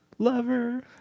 lover